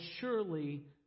surely